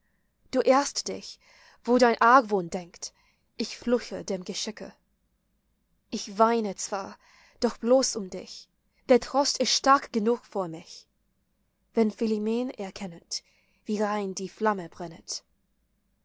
du irrst dich wo dein argwohn denkt ich fluche dem geschicke ich weine zwar doch bloß um dich der trost ist stark genug vor mich wenn philimen erkennet wie rein die flamme brennet